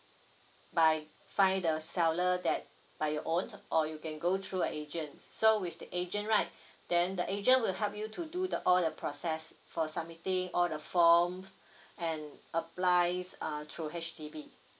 by find the seller that by your own or you can go through an agent so with the agent right then the agent will help you to do the all the process for submitting all the forms and applies err through H_D_B